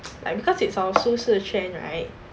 like because it's our 舒适圈 right